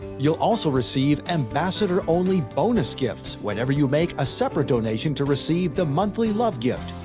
you'll also receive ambassador-only bonus gifts whenever you make a separate donation to receive the monthly love gift.